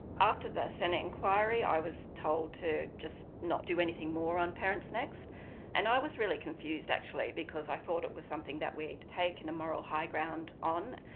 after the senate inquiry i was told to just not do anything more on parentsnext. and i was really confused actually because i thought it was something that we had taken a moral high ground on.